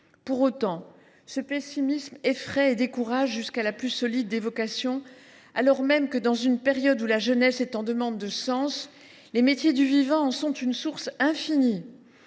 nier, mais ce pessimisme effraie et décourage jusqu’à la plus solide des vocations. Pourtant, dans une période où la jeunesse est en demande de sens, les métiers du vivant en sont une source infinie,